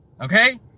okay